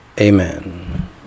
Amen